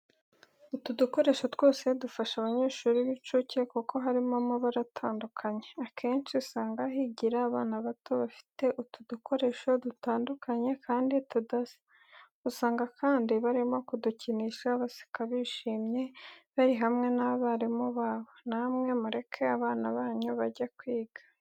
Utu dukoresho twose dufasha abanyeshuri b'incuke kuko harimo amabara atandukanye, akenshi usanga higira abana bato bafite utu dukoresho dutandukanye kandi tudasa, usanga kandi barimo kudukinisha baseka bishimye bari hamwe n'abarimu babo. Namwe mureke abana banyu bajye kwiga.